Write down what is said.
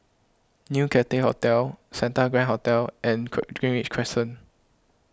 New Cathay Hotel Santa Grand Hotel and Greenridge Crescent